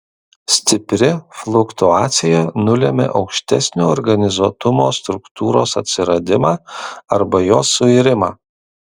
stipri fluktuacija nulemia aukštesnio organizuotumo struktūros atsiradimą arba jos suirimą